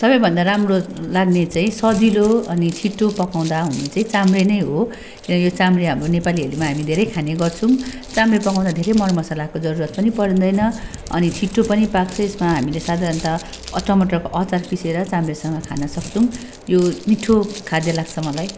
सबैभन्दा राम्रो लाग्ने चाहिँ सजिलो अनि छिट्टो पकाउँदा हुने चाहिँ चाम्रे नै हो किनकि यो चाम्रे हाम्रो नेपालीहरूमा हामी धेरै खाने गर्छौँ चाम्रे पकाउँदा धेरै मरमसलाको जरुरत पनि पर्दैन अनि छिट्टो पनि पाक्छ यसमा हामीले साधारणत टमाटरको अचार पिसेर चाम्रेसँग खानसक्छौँ यो मिठो खाद्य लाग्छ मलाई